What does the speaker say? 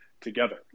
together